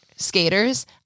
Skaters